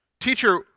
Teacher